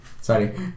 sorry